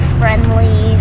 friendly